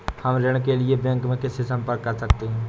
हम ऋण के लिए बैंक में किससे संपर्क कर सकते हैं?